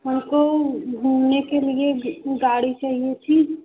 हमको घूमने के लिए गाड़ी चाहिए थी